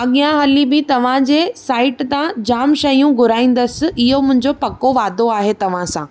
अॻियां हली बि तव्हांजे साइट तां जाम शयूं घुराईंदसि इहो मुंहिंजो पको वाइदो आहे तव्हां सां